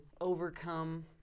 overcome